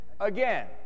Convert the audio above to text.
again